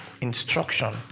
instruction